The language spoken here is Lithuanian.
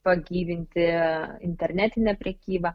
pagyvinti internetinę prekybą